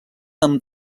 amb